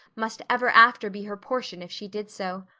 must ever after be her portion if she did so.